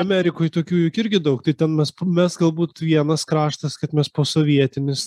amerikoj tokių juk irgi daug tai ten mes mes galbūt vienas kraštas kad mes posovietinis